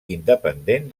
independent